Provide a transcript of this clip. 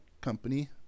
company